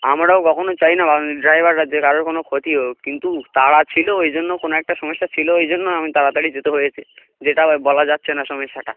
আমরাও কখনো চাই না বা ড্রাইভাররা যে কারোর কোনো ক্ষতি হোক কিন্তু তাড়া ছিলো ওই জন্য কোনো একটা সমস্যা ছিলো ওই জন্য আমি তাড়াতাড়ি যেতে হয়েছে যেটা বলা যাচ্ছে না সমস্যাটা